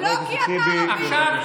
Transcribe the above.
לא כי אתה ערבי, את מפעילה טרור,